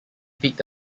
peaked